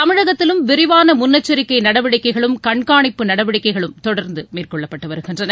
தமிழகத்திலும் விரிவான முன்னெச்சரிக்கை நடவடிக்கைகளும் கண்காணிப்பு நடவடிக்கைகளும் தொடர்ந்து மேற்கொள்ளப்பட்டு வருகின்றன